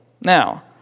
Now